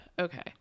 Okay